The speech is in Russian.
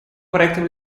проектам